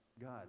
god